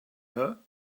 her